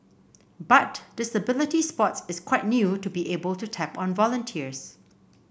but disability sports is quite new to be able to tap on volunteers